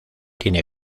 tiene